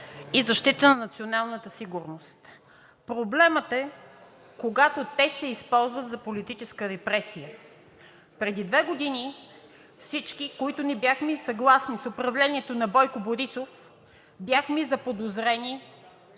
и защита на националната сигурност. Проблемът е, когато те се използват за политическа репресия. Преди две години всички, които не бяхме съгласни с управлението на Бойко Борисов, бяхме заподозрени,